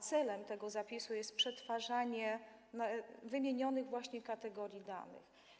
Celem tego zapisu jest przetwarzanie wymienionych właśnie kategorii danych.